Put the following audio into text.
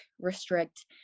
restrict